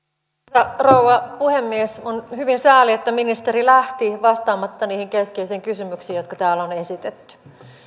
arvoisa rouva puhemies on hyvin sääli että ministeri lähti vastaamatta niihin keskeisiin kysymyksiin jotka täällä on on esitetty